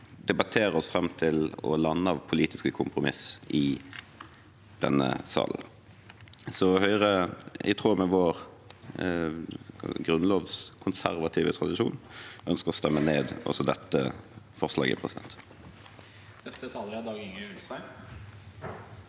debattere oss fram til og lande av politiske kompromiss i denne salen – så Høyre, i tråd med vår grunnlovskonservative tradisjon, ønsker å stemme ned dette forslaget. Dag-Inge